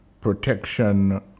Protection